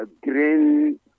Green